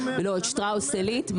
לא את שטראוס עלית.